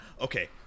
okay